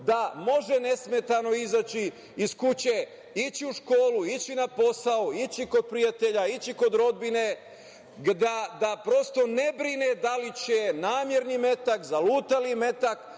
da može nesmetano izaći iz kuće, ići u školu, ići na posao, ići kod prijatelja, ići kod rodbine, da prosto ne brine da li će namerni metak, zalutali metak